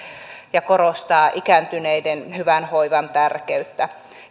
ja korostaa ikääntyneiden hyvän hoivan tärkeyttä